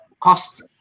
cost